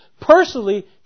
personally